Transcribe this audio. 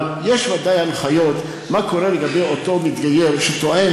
אבל יש ודאי הנחיות מה קורה לגבי אותו מתגייר שטוען